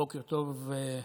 בוקר טוב,